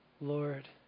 Lord